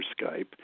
Skype